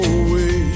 away